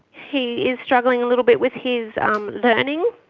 he is struggling a little bit with his um learning